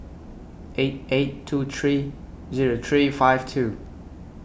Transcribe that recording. eight eight two three Zero three five two